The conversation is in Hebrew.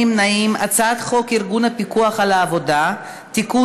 ההצעה להעביר את הצעת חוק ארגון הפיקוח על העבודה (תיקון,